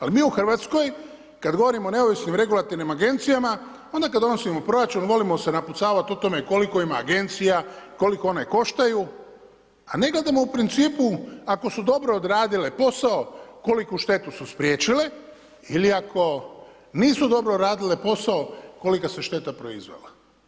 Ali mi u Hrvatskoj kada govorimo o neovisnim regulatornim agencijama, onda kada donosimo proračun volimo se napucavati o tome koliko ima agencija, koliko one koštaju a ne gledamo u principu ako su dobro odradile posao koliku štetu su spriječile ili ako nisu dobro radile posao kolika se šteta proizvela.